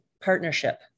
partnership